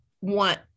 want